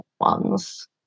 ones